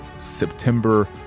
September